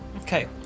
Okay